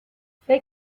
فکر